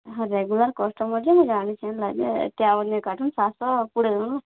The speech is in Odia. ହଁ ରେଗୁଲାର୍ କଷ୍ଟମର୍ ଯେ ମୁଇଁ ଜାନୁଛେଁ ଯେ ଏତେ ଆଉ ନାଇଁ କାଟୁନ୍ ସାତ୍ ଶହ କୁଡ଼ିଏ ଦେଉନ୍